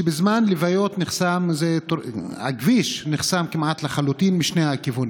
ובזמן לוויות הכביש נחסם כמעט לחלוטין משני הכיוונים.